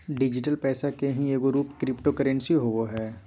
digital पैसा के ही एगो रूप क्रिप्टो करेंसी होवो हइ